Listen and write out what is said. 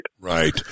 Right